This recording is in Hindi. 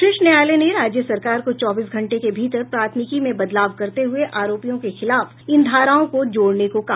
शीर्ष न्यायालय ने राज्य सरकार को चौबीस घंटे के भीतर प्राथमिकी में बदलाव करते हुए आरोपियों के खिलाफ इन धाराओं को जोड़ने को कहा